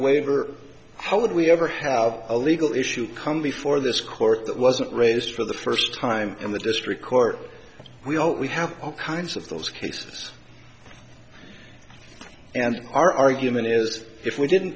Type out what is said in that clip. or how would we ever have a legal issue come before this court that wasn't raised for the first time in the district court we don't we have all kinds of those cases and our argument is if we didn't